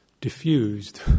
diffused